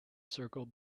circled